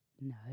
no